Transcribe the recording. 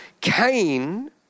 Cain